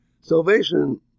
Salvation